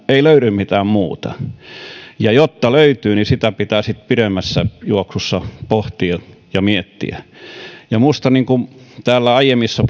ei löydy mitään muuta ja jotta löytyy niin sitä pitää sitten pidemmässä juoksussa pohtia ja miettiä ja niin kuin täällä aiemmissa